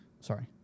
Sorry